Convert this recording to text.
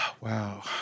Wow